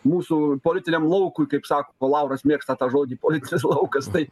mūsų politiniam laukui kaip sako lauras mėgsta tą žodį politinis laukas taip